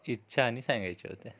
इच्छा आणि सांगायचे होते